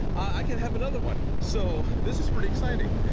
i can have another one, so this is pretty exciting.